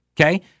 Okay